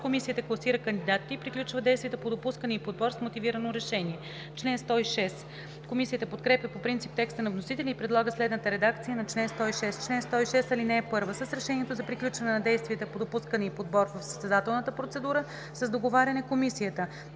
комисията класира кандидатите и приключва действията по допускане и подбор с мотивирано решение.“ Комисията подкрепя по принцип текста на вносителя и предлага следната редакция на чл. 106: „Чл. 106. (1) С решението за приключване на действията по допускане и подбор в състезателна процедура с договаряне комисията: